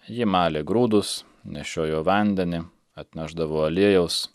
ji malė grūdus nešiojo vandenį atnešdavo aliejaus